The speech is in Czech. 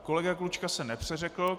Kolega Klučka se nepřeřekl.